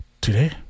today